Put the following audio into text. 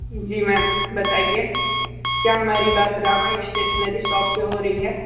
जी ma'am बताइए क्या हमारी बात रामा स्टेशनरी शॉप से हो रही है